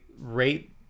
rate